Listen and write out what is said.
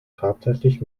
tatsächlich